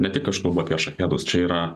ne tik aš kalbu apie šahedus čia yra